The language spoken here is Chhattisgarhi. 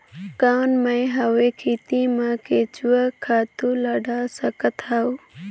कौन मैं हवे खेती मा केचुआ खातु ला डाल सकत हवो?